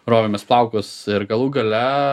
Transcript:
rovėmės plaukus ir galų gale